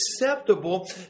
acceptable